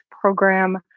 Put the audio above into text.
program